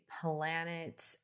planet